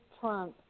Trump